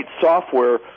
software